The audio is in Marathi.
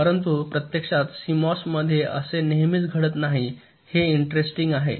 परंतु प्रत्यक्षात सीएमओएस मध्ये असे नेहमीच घडत नाही हे इंटरेस्टिंग आहे